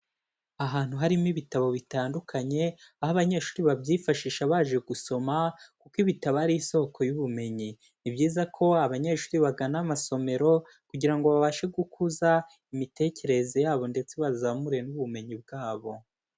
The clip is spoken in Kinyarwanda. Ahantu harimo ibitabo bitandukanye, aho abanyeshuri babyifashisha baje gusoma kuko ibitabo ari isoko y'ubumenyi. Ni byiza ko abanyeshuri bagana amasomero kugira ngo babashe gukuza imitekerereze yabo ndetse bazamure n'ubumenyi bwabo.